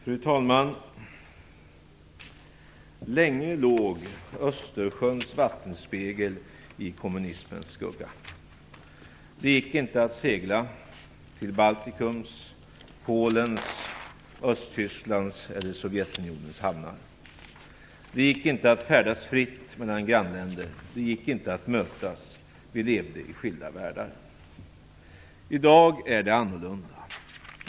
Fru talman! Länge låg Östersjöns vattenspegel i kommunismens skugga. Det gick inte att segla till Baltikums, Polens, Östtysklands eller Sovjetunionens hamnar. Det gick inte att färdas fritt mellan grannländer. Det gick inte att mötas. Vi levde i skilda världar. I dag är det annorlunda.